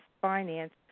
finance